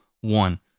one